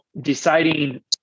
deciding